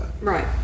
right